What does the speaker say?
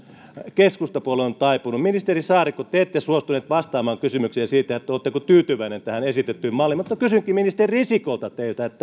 keskustapuolue on taipunut ministeri saarikko te te ette suostunut vastaamaan kysymykseen siitä oletteko tyytyväinen tähän esitettyyn malliin mutta kysynkin ministeri risikolta